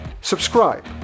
subscribe